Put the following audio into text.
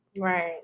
Right